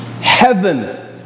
Heaven